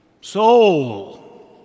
soul